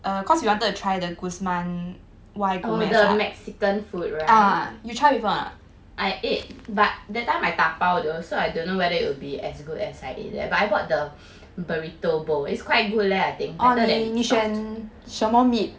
oh the mexican food right I ate but that time I 打包 though so I don't know whether it'll be as good as I ate there but I bought the burrito bowl is quite good leh I think better than Stuff'd